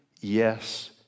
yes